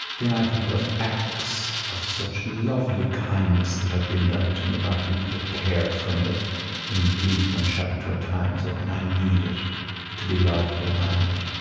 then i think of acts of such lovely kindness that have been done to me by people that cared for me in bleak unsheltered times or when i needed to be loved and minded.